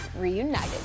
reunited